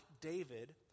David